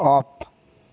of